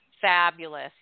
fabulous